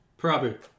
Prabhu